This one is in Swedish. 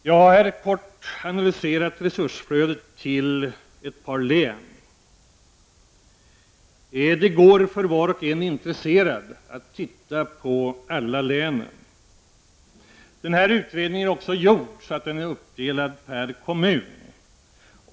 Jag har här kortfattat analyserat resursflödet till ett par län. Den som är intresserad kan titta på alla län. Den här utredningen är uppdelad per kommun.